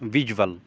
visual